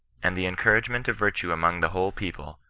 and the encouragement of virtue among the whole people,